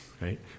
right